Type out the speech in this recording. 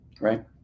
Right